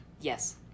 Yes